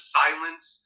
silence